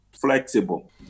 flexible